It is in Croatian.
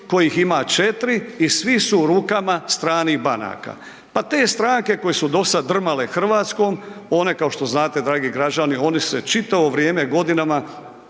kojih ima 4 i svi su u rukama stranih banaka. Pa te stranke koje su do sada drmale Hrvatskom one kao što znate dragi građani, oni se čitavo vrijeme, godinama